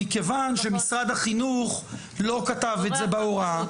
מכיוון שמשרד החינוך לא כתב את זה בהוראה.